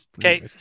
okay